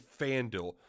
FanDuel